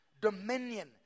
Dominion